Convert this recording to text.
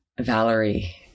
Valerie